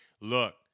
Look